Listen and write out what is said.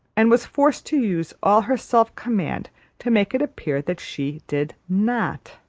and was forced to use all her self-command to make it appear that she did not.